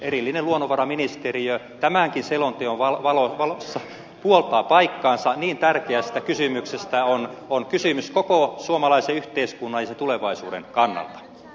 erillinen luonnonvaraministeriö tämänkin selonteon valossa puoltaa paikkaansa niin tärkeästä kysymyksestä on kysymys koko suomalaisen yhteiskunnan ja sen tulevaisuuden kannalta